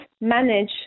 manage